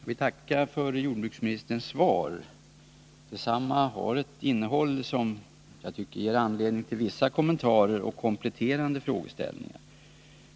Herr talman! Jag vill tacka för jordbruksministerns svar. Detsamma har ett innehåll som ger anledning till vissa kommentarer och kompletterande frågeställningar.